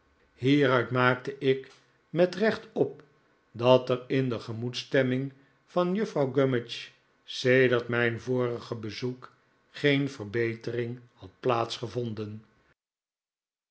maakte ik met recht op dat er in de gemoedsstemming van juffrouw gummidge sedert mijn vorige bezoek geen verbetering had